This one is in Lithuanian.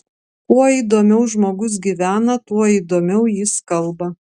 kuo įdomiau žmogus gyvena tuo įdomiau jis kalba